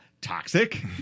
toxic